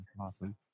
Awesome